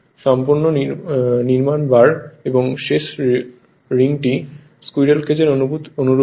সম্পূর্ণ নির্মাণ বার এবং শেষ রিংটি স্কুইরেল কেজ এর অনুরূপ হয়